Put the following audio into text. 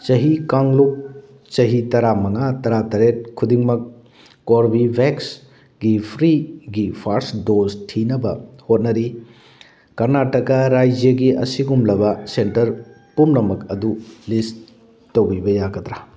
ꯆꯍꯤ ꯀꯥꯡꯂꯨꯞ ꯆꯍꯤ ꯇꯔꯥꯃꯉꯥ ꯇꯔꯥꯇꯔꯦꯠ ꯈꯨꯗꯤꯡꯃꯛ ꯀꯣꯔꯕꯤꯚꯦꯛꯁꯒꯤ ꯐ꯭ꯔꯤꯒꯤ ꯐꯥꯔꯁ ꯗꯣꯁ ꯊꯤꯅꯕ ꯍꯣꯠꯅꯔꯤ ꯀꯔꯅꯥꯇꯀꯥ ꯔꯥꯏꯖ꯭ꯌꯒꯤ ꯑꯁꯤꯒꯨꯝꯂꯕ ꯁꯦꯟꯇꯔ ꯄꯨꯝꯅꯃꯛ ꯑꯗꯨ ꯂꯤꯁ ꯇꯧꯕꯤꯕ ꯌꯥꯒꯗ꯭ꯔꯥ